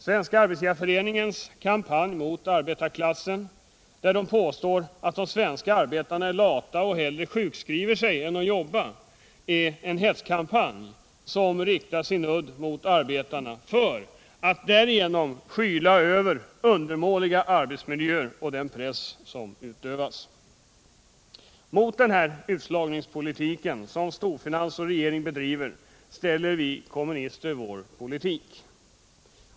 Svenska arbetsgivareföreningens kampanj mot arbetarklassen, där man påstår att de svenska arbetarna är lata och hellre sjukskriver sig än jobbar, är en hetskampanj som riktar sin udd mot arbetarna för att därigenom skyla över undermåliga arbetsmiljöer och den press som utövas. Mot denna utslagningspolitik som storfinans och regering bedriver ställer vi kommunister vår politik.